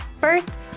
First